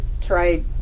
try